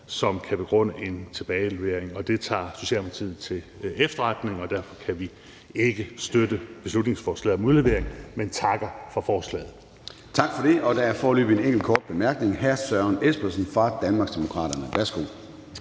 som kan begrunde en tilbagelevering, og det tager Socialdemokratiet til efterretning. Derfor kan vi ikke støtte beslutningsforslaget om udlevering, men takker for forslaget. Kl. 10:30 Formanden (Søren Gade): Tak for det. Der er foreløbig en enkelt kort bemærkning fra hr. Søren Espersen fra Danmarksdemokraterne. Værsgo.